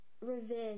revenge